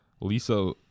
Lisa